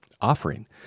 offering